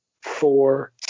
four